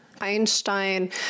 Einstein